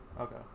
Okay